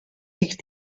sich